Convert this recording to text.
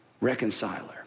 reconciler